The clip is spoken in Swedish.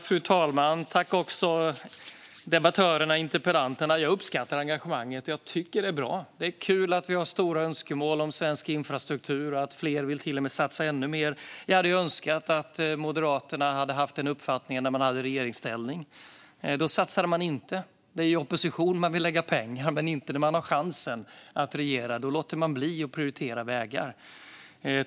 Fru talman! Jag tackar interpellanten och övriga debattörer. Jag uppskattar engagemanget, och jag tycker att det är bra. Det är kul att vi har stora önskemål om svensk infrastruktur och att fler till och med vill satsa ännu mer. Jag hade önskat att Moderaterna hade haft den uppfattningen när de var i regeringsställning. Då satsade de inte. Det är i opposition som de vill lägga pengar på detta men inte när de hade chansen att regera. Då lät de bli att prioritera vägar.